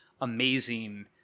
amazing